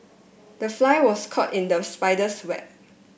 the fly was caught in the spider's web